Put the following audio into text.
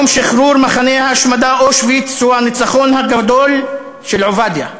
יום שחרור מחנה ההשמדה אושוויץ הוא הניצחון הגדול של עובדיה.